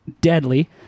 deadly